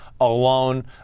alone